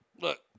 look